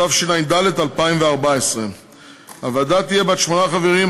התשע"ד 2014. הוועדה תהיה בת שמונה חברים,